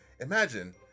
Imagine